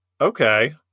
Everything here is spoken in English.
Okay